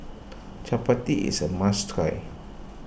Chapati is a must try